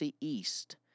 East